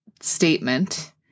statement